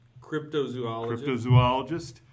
Cryptozoologist